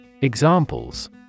Examples